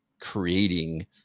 creating